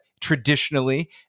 traditionally